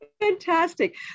Fantastic